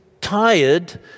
tired